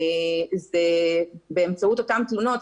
זה באמצעות אותן תלונות,